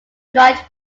dried